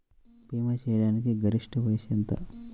భీమా చేయాటానికి గరిష్ట వయస్సు ఎంత?